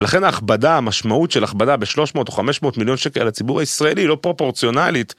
לכן ההכבדה, המשמעות של הכבדה ב-300 או 500 מיליון שקל לציבור הישראלי לא פרופורציונלית.